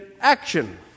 action